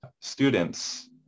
students